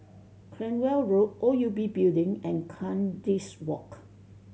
Cranwell Road O U B Building and Kandis Walk